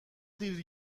دیر